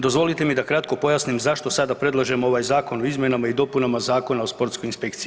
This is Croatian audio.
Dozvolite mi da kratko pojasnim zašto sada predlažemo ovaj Zakon o izmjenama i dopunama zakona o sportskoj inspekciji.